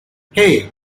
hey